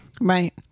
Right